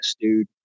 dude